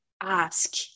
ask